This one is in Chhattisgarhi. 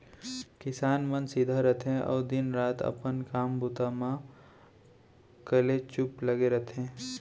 किसान मन सीधा रथें अउ दिन रात अपन काम बूता म कलेचुप लगे रथें